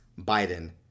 Biden